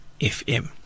FM